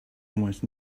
almost